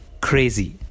crazy